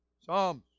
Psalms